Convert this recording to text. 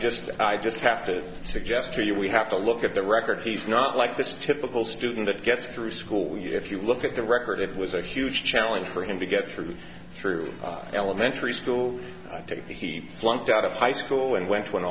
just i just have to suggest to you we have to look at the record he's not like this typical student that gets through school year if you look at the record it was a huge challenge for him to get through through elementary school take the heat flunked out of high school and went to an